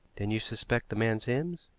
then you suspect the man sims,